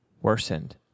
worsened